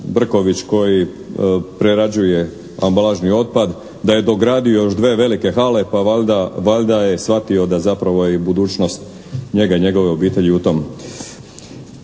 Brković koji prerađuje ambalažni otpad da je dogradio još 2 velike hale pa valjda je shvatio da zapravo je i budućnost njega i njegove obitelji u tom.